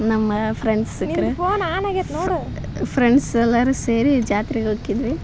ನಮ್ಮ friends friends ಎಲ್ಲಾರು ಸೇರಿ ಜಾತ್ರೆಗೆ ಹೋಕಿದ್ವಿ